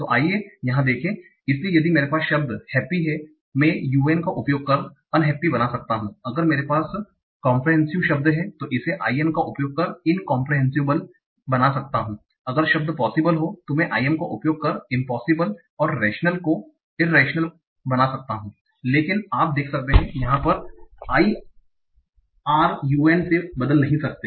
तो आइए यहां देखें इसलिए यदि मेरे पास शब्द हैप्पी हैं मैं u n का उपयोग कर अनहैप्पी बना सकता हूं अगर मेरे पास कोम्प्रिहेंसिबल शब्द हैं तो इसे में i n का उपयोग कर इनकोम्प्रिहेंसिबल बना सकता हू अगर शब्द पोसिबल हो तो मैं i m का उपयोग कर इमपोसिबल और रेशनल को मैं ईररेशनल कहूंगा लेकिन आप देख सकते हैं कि हम यहां I r को u n से बदल नहीं सकते